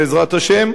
בעזרת השם,